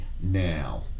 now